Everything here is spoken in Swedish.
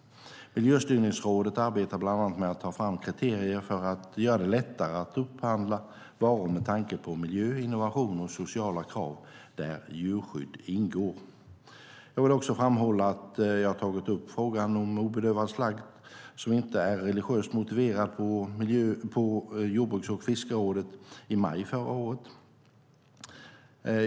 Miljöstyrningsrådet arbetar bland annat med att ta fram kriterier för att göra det lättare att upphandla varor med tanke på miljö, innovation och sociala krav, där djurskydd ingår. Jag vill också framhålla att jag har tagit upp frågan om obedövad slakt som inte är religiöst motiverad på jordbruks och fiskerådet i maj förra året.